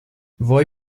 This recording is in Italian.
voi